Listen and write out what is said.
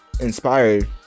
inspired